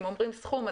שאם אומרים סכום,